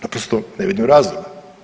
Naprosto ne vidim razloga.